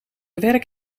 werk